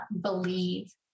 believe